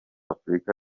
afrika